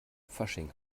fasching